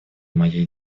моей